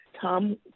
Tom